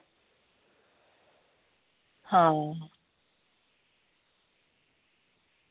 आं